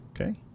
Okay